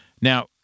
Now